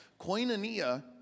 Koinonia